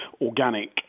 organic